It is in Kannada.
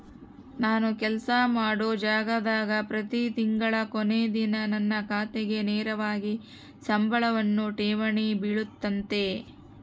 ನಾನು ಕೆಲಸ ಮಾಡೊ ಜಾಗದಾಗ ಪ್ರತಿ ತಿಂಗಳ ಕೊನೆ ದಿನ ನನ್ನ ಖಾತೆಗೆ ನೇರವಾಗಿ ಸಂಬಳವನ್ನು ಠೇವಣಿ ಬಿಳುತತೆ